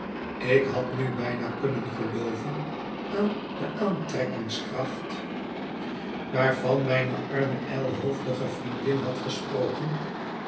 ik had nu bijna kunnen gelooven aan de aantrekkingskracht waarvan mijne arme ijlhoofdige vriendin had gesproken